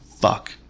fuck